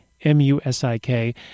M-U-S-I-K